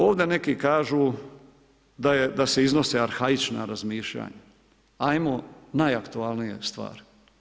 Ovdje neki kažu da se iznose arhaična razmišljanja, ajmo najaktualne stvari.